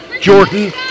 Jordan